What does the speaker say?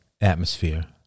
atmosphere